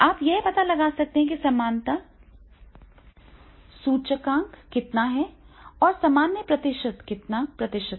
आप यह पता लगा सकते हैं कि समानता सूचकांक कितना है और सामान्य प्रतिशत कितना प्रतिशत है